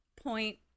point